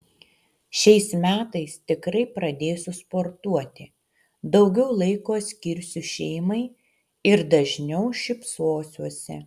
šiais metais tikrai pradėsiu sportuoti daugiau laiko skirsiu šeimai ir dažniau šypsosiuosi